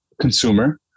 consumer